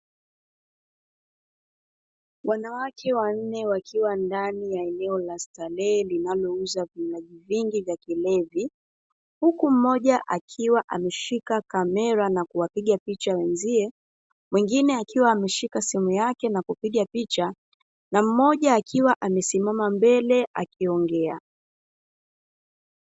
Wanawake wanne wakiwa ndani ya eneo la starehe na wanauza vinywaji vingi vya kilevi huku mmoja akiwa ameshika kamera na kuwapiga picha wenzie, mwengine akiwa ameshika simu yake na kupiga picha na mmoja akiwa amesimama mbele akiongea.